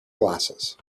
glasses